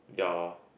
ya